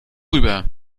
rüber